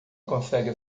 consegue